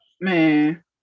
Man